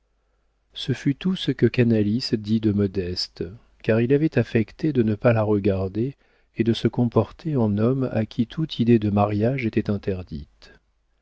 ce fut tout ce que canalis dit de modeste car il avait affecté de ne pas la regarder et de se comporter en homme à qui toute idée de mariage était interdite